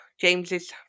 James's